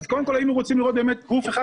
אז קודם כול היינו רוצים לראות באמת גוף אחד